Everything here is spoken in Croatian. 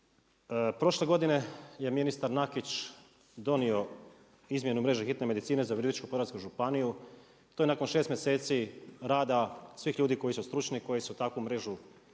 Prošle godine je ministar Nakić donio izmjenu mreže hitne medicine za Virovitičku podravsku županiju. To je nakon 6 mjeseci rada, svih ljudi koji su stručni, koji su takvu mrežu